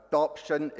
Adoption